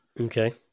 Okay